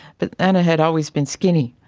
but anna had always been skinny,